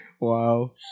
wow